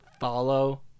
Follow